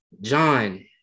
John